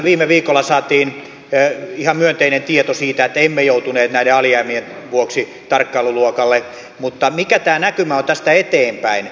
viime viikolla saatiin ihan myönteinen tieto siitä että emme joutuneet näiden alijäämien vuoksi tarkkailuluokalle mutta mikä tämä näkymä on tästä eteenpäin